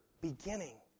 beginning